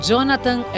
Jonathan